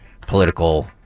political